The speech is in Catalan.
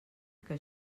que